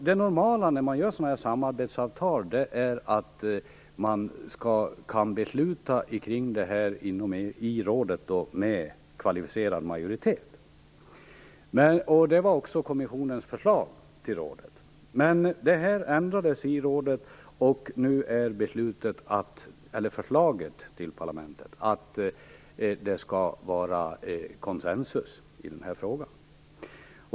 Det normala när man träffar sådana här samarbetsavtal är att rådet skall fatta beslut med kvalificerad majoritet. Detta var också kommissionens förslag till rådet. Men det ändrades i rådet, och förslaget till parlamentet är nu att det skall råda konsensus i frågan.